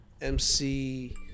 MC